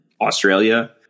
Australia